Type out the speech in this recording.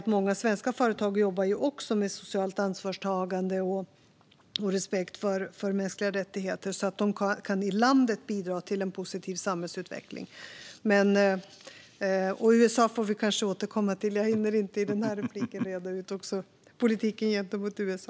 Många svenska företag jobbar också med socialt ansvarstagande och respekt för mänskliga rättigheter och kan bidra till en positiv samhällsutveckling i landet. USA får vi kanske återkomma till. Jag hinner inte i det här inlägget reda ut också politiken gentemot USA.